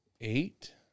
Eight